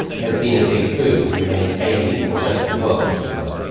has been a big boon in maintaining your social world, as it were.